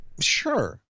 sure